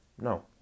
No